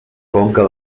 conca